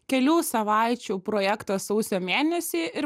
kelių savaičių projektas sausio mėnesį ir